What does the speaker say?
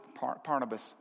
Parnabas